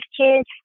kids